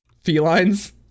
Felines